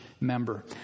member